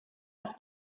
auf